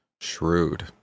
shrewd